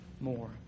more